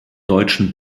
deutschen